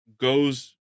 goes